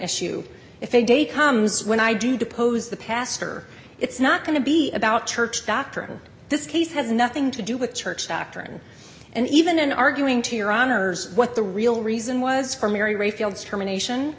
issue if a day comes when i do depose the pastor it's not going to be about church doctrine this case has nothing to do with church doctrine and even in arguing to your honor's what the real reason was for mary ray fields germination